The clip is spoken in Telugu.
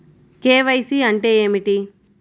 కే.వై.సి అంటే ఏమిటి?